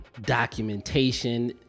documentation